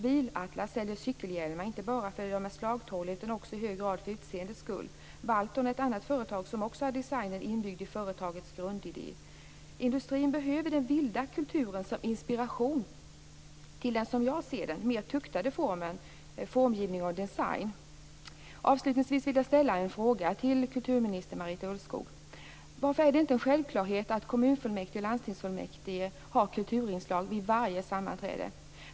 BilAtlas säljer cykelhjälmar inte bara för att de är slagtåliga utan också i hög grad för utseendets skull. Balton är ett annat företag som också har designen inbyggd i företagets grundidé. Industrin behöver den vilda kulturen som inspiration till den som jag ser det mer tuktade formen, formgivning och design. Avslutningsvis vill jag ställa en fråga till kulturminister Marita Ulvskog. Varför är det inte självklart att kommunfullmäktige och landstingsfullmäktige har kulturinslag vid varje sammanträde?